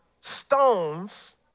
stones